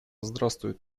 здравствует